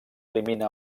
elimina